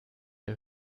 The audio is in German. der